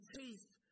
taste